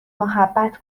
محبت